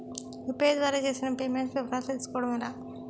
UPI ద్వారా చేసిన payments వివరాలు తెలుసుకోవటం ఎలా?